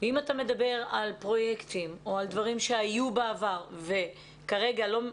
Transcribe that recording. אם אתה מדבר על פרויקטים או על דברים שהיו בעבר וכרגע לא,